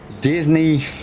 Disney